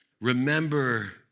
remember